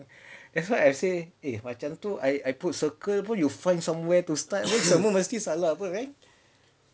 that's why I say eh if I macam tu I I put circle pun you will find somewhere to start semua mesti salah punya right